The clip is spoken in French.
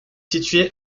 situé